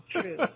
true